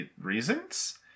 reasons